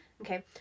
Okay